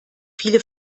viele